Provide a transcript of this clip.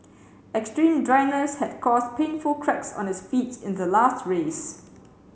extreme dryness had caused painful cracks on his feet in the last race